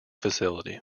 facility